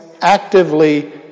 actively